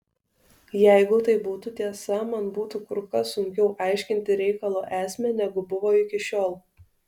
jeigu tai būtų tiesa man būtų kur kas sunkiau aiškinti reikalo esmę negu buvo iki šiol